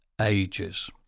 ages